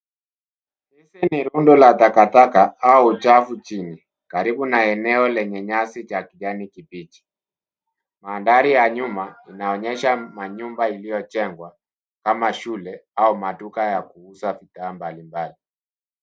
Hizi ni rundo la takataka au uchafu chini, karibu na eneo lenye nyasi cha kijani kibichi. Mandhari ya nyuma, inaonyesha mandhari iliyojengwa, kama shule, au maduka ya kuuza bidhaa mbalimbali.